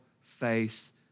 face